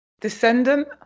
descendant